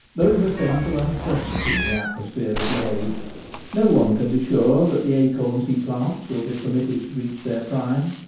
there is a sense of uncertainty in the atmosphere of the age no one can be sure that the acorns he plants will be permitted to reach their prime,